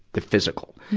the physical.